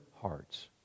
hearts